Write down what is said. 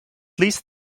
least